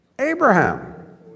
Abraham